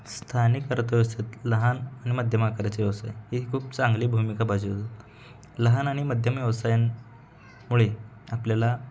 स्थानिक अर्थव्यवस्थेत लहान आणि मध्यम आकाराचे व्यवसाय ही खूप चांगली भूमिका बजावतात लहान आणि मध्यम व्यवसायांमुळे आपल्याला